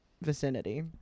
vicinity